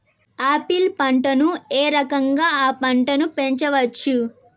Apple పంటను ఏ రకంగా అ పంట ను పెంచవచ్చు?